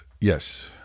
yes